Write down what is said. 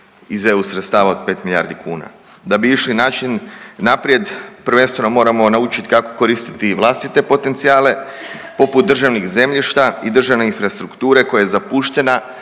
iz eu sredstava od 5 milijardi kuna. Da bi išli način naprijed prvenstveno moramo naučiti kako koristiti vlastite potencijale, poput državnih zemljišta i državne infrastrukture koja je zapuštena